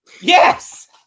yes